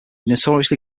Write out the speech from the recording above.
notoriously